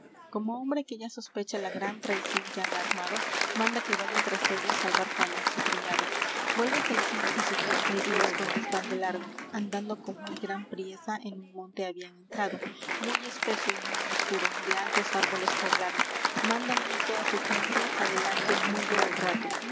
como hombre que ya sospecha la gran traición que han armado manda que vaya tras ellos álvar fáñez su criado vuélvese el cid y su gente y los condes van de largo andando con muy gran priesa en un monte habían entrado muy espeso y muy oscuro de altos árboles poblado mandan ir toda su gente adelante muy gran rato